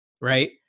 right